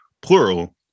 plural